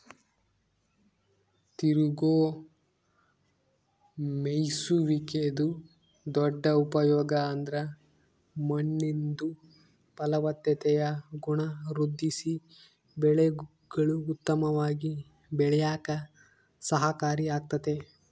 ತಿರುಗೋ ಮೇಯ್ಸುವಿಕೆದು ದೊಡ್ಡ ಉಪಯೋಗ ಅಂದ್ರ ಮಣ್ಣಿಂದು ಫಲವತ್ತತೆಯ ಗುಣ ವೃದ್ಧಿಸಿ ಬೆಳೆಗುಳು ಉತ್ತಮವಾಗಿ ಬೆಳ್ಯೇಕ ಸಹಕಾರಿ ಆಗ್ತತೆ